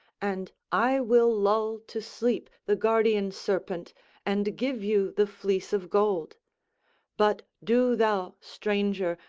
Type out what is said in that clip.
and i will lull to sleep the guardian serpent and give you the fleece of gold but do thou, stranger,